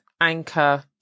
Anchor